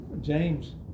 James